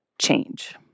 Change